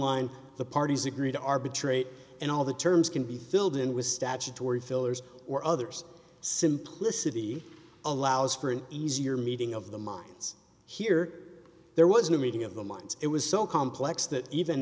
line the parties agreed to arbitrate and all the terms can be filled in with statutory fillers or others simplicity allows for an easier meeting of the minds here there was no meeting of the minds it was so complex that even